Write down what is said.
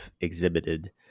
exhibited